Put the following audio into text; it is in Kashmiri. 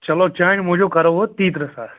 چلو چانہِ موٗجوٗب کَرو وۅنۍ ترٛیٚترٕٛہ ساس